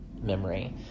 memory